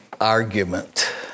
argument